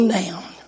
down